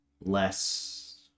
less